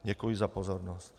Děkuji za pozornost.